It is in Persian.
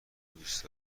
دوست